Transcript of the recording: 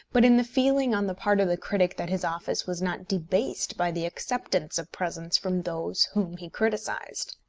but in the feeling on the part of the critic that his office was not debased by the acceptance of presents from those whom he criticised.